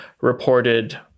reported